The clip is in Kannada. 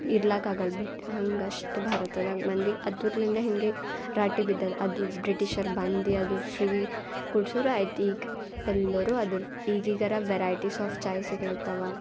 ಇರ್ಲಾಕಾಗಲ್ಲ ಬಿಟ್ಟು ಹಂಗೆ ಅಷ್ಟು ಭಾರತದಾಗ ಮಂದಿ ಅದರ್ಲಿಂದ ಹೀಗೆ ರಾಟಿ ಬಿದ್ದದ ಅದು ಬ್ರಿಟಿಷರು ಬಂದು ಅದು ಫ್ರೀ ಕೊಡ್ಸುದ್ರು ಆಯ್ತು ಈಗ ಎಲ್ಲರು ಅದುರ ಈಗೀಗರ ವ್ಯೆರೈಟೀಸ್ ಆಫ್ ಚಾಯ್ ಸಿಗ್ಲತ್ತವ